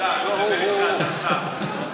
איתך, אני מדבר איתך, אתה שר.